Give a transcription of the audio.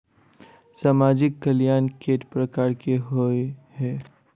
सामाजिक कल्याण केट प्रकार केँ होइ है?